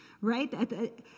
right